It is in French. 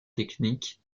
technique